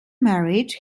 marriage